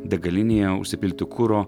degalinėje užsipilti kuro